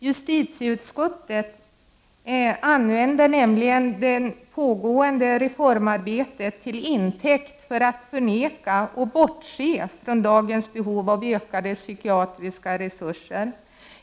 Justitieutskottet tar nämligen det pågående reformarbetet till intäkt för att förneka och bortse från dagens behov av ökade psykiatriska resurser.